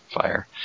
fire